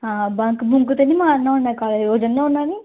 हां बंक बुंक ते नि मारना होन्नां कालेज रोज ज'न्नां होन्नां नी